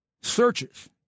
searches